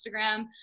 Instagram